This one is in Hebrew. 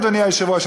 אדוני היושב-ראש,